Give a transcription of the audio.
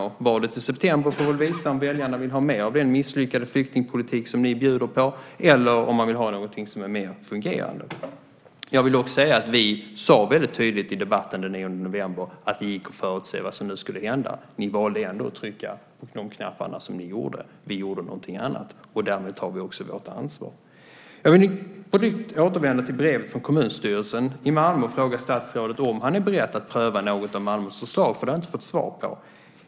Och valet i september får väl visa om väljarna vill ha mer av den misslyckade flyktingpolitik som ni bjuder på, eller om de vill ha någonting som är mer fungerande. Jag vill dock säga att vi i debatten den 9 november väldigt tydligt sade att det gick att förutse vad som nu skulle hända. Ni valde ändå att trycka på voteringsknappen på det sätt som ni gjorde. Vi gjorde någonting annat. Därmed tar vi också vårt ansvar. Jag ska återvända till brevet från kommunstyrelsen i Malmö och fråga statsrådet om han är beredd att pröva något av Malmös förslag. Det har jag inte fått svar på.